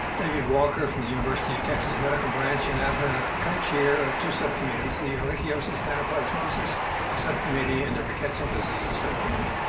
david walker from the university of texas medical branch. and i've been a co-chair of two subcommittees, the ehrlichiosis and anaplasmosis subcommittee and the rickettsial diseases subcommittee.